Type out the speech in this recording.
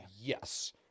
yes